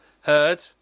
heard